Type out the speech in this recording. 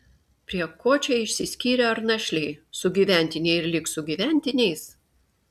prie ko čia išsiskyrę ar našliai sugyventiniai ir liks sugyventiniais